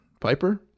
Piper